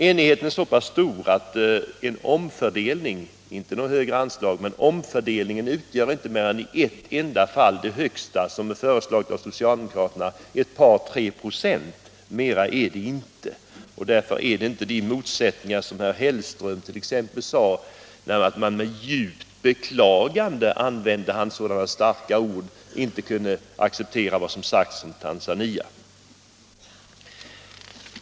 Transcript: Enigheten är så pass stor att den omfördelning — inte något högre anslag — som socialdemokraterna föreslår uppgår till bara ett par tre procent. Mera är det inte. Därför finns inte de motsättningar som t.ex. herr Hellström talade om. Han sade sig ju med djupt beklagande inte kunna acceptera vad som sagts om Tanzania.